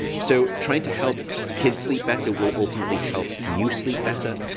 so trying to help kids sleep better will ultimately help you sleep better.